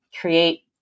create